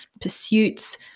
pursuits